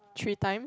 three times